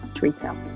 retail